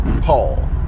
Paul